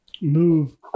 Move